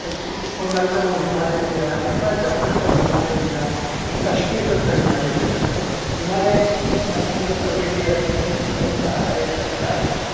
पश्चिम बंगालचा व हिमालय वेगळा नेपाळच्या कडचा हिमालय वेगळा आणि काश्मीरकडचा हिमालय वेगळा त्यामुळं हिमालयाच्या तीन भागामध्ये स वेगवेगळ्या ठिकाणी जाऊन पाहता येण्यासारखं आहे